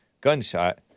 gunshot